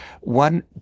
One